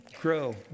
grow